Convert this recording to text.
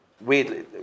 Weirdly